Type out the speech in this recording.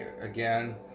again